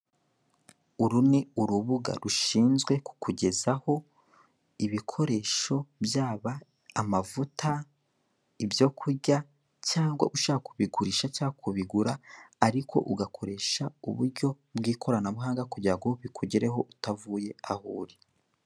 Uru ni urubuga rishinzwe kukugezaho ibikoresho, byaba amavuta, ibyo kurya, cyangwa ushaka kubigurisha cyangwa kubigura, ariko ugakoresha uburyo bw'ikoranabuhanga kugira ngo bikugereho utavuye aho uri.